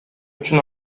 үчүн